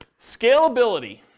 Scalability